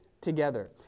together